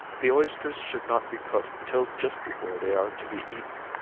the oysters should not be cooked till just before they are to be eaten.